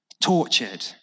tortured